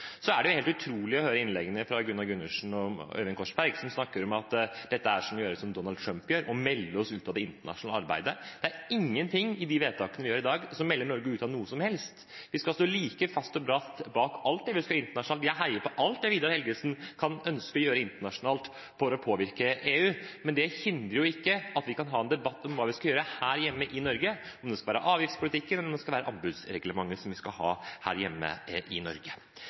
Det er helt utrolig å høre innleggene fra Gunnar Gundersen og Øyvind Korsberg, som snakker om at dette er som å gjøre som Donald Trump gjør – melde oss ut av det internasjonale arbeidet. Det er ingenting i de vedtakene vi gjør i dag, som melder Norge ut av noe som helst. Vi skal stå like last og brast bak alt det vi skal gjøre internasjonalt. Jeg heier på alt som Vidar Helgesen kan ønske å gjøre internasjonalt for å påvirke EU, men det hindrer jo ikke at vi kan ha en debatt om hva vi skal gjøre her hjemme i Norge – om det skal være avgiftspolitikken, eller om det skal være anbudsreglementet vi skal ha her hjemme i Norge.